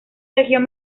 región